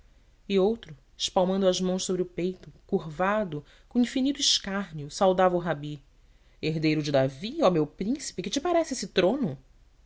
e outro espalmando as mãos sobre o peito curvado com infinito escárnio saudava o rabi herdeiro de davi oh meu príncipe que te parece esse trono